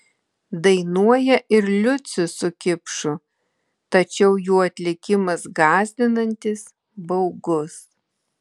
dainuoja ir liucius su kipšu tačiau jų atlikimas gąsdinantis baugus